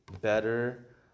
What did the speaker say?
better